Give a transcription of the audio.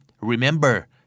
Remember